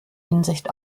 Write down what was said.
hinsicht